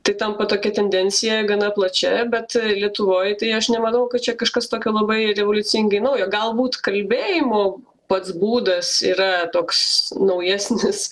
tai tampa tokia tendencija gana plačia bet lietuvoj tai aš nemanau kad čia kažkas tokio labai revoliucingai naujo galbūt kalbėjimo pats būdas yra toks naujesnis